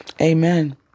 Amen